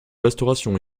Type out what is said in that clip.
restauration